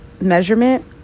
measurement